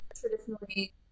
traditionally –